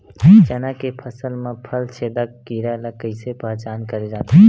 चना के फसल म फल छेदक कीरा ल कइसे पहचान करे जाथे?